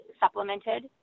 supplemented